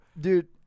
dude